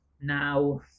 Now